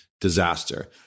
disaster